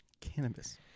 Cannabis